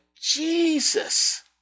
Jesus